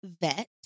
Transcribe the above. vet